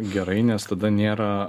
gerai nes tada nėra